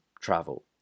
travel